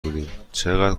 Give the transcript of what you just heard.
بودیم، چقد